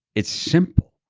it's simple.